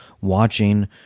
watching